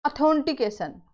authentication